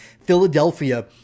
Philadelphia